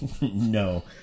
No